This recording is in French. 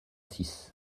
six